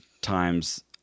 times